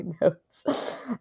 notes